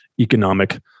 economic